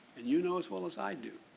and you know as well as i do,